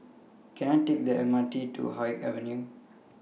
Can I Take The M R T to Haig Avenue